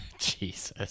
Jesus